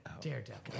Daredevil